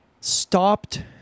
stopped